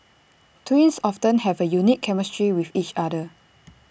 twins often have A unique chemistry with each other